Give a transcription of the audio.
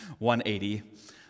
180